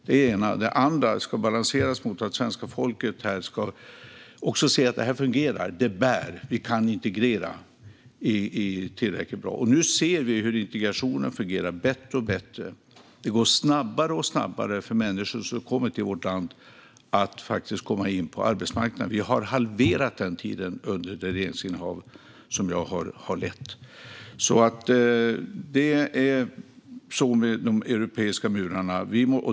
Å andra sidan ska det balanseras mot att svenska folket ska se att det här fungerar, att det bär, att vi kan integrera tillräckligt bra. Nu ser vi hur integrationen fungerar bättre och bättre. Det går snabbare och snabbare för människor som kommer till vårt land att faktiskt komma in på arbetsmarknaden. Vi har halverat den tiden under de regeringar jag har lett. Så är det med de europeiska murarna.